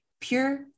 pure